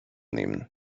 nehmen